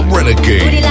Renegade